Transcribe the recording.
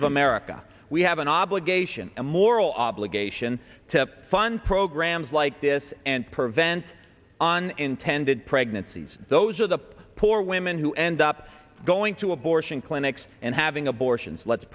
of america we have an obligation a moral obligation to fund programs like this and prevent on intended pregnancies those are the poor women who end up going to abortion clinics and having abortions let's